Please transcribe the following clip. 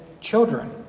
children